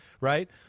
right